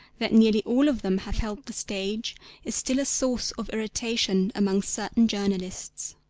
that nearly all of them have held the stage is still a source of irritation among certain journalists.